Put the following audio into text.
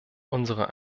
unserer